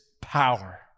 power